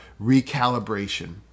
recalibration